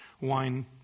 wine